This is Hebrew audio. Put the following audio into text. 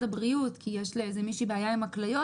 הבריאות כי יש לאיזו מישהי בעיה עם הכליות,